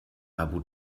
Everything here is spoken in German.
abu